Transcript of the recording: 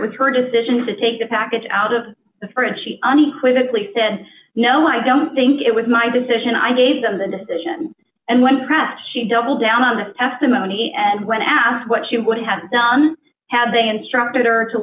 it was her decision to take the package out of the fridge she unequivocally said no i don't think it was my decision i gave them the decision and when pressed she doubled down on the testimony and when asked what she would have done had they